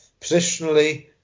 positionally